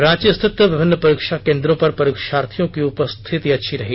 रांची स्थित विभिन्न परीक्षा केंद्रों पर परीक्षार्थियों की उपस्थिति अच्छी रही